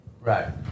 right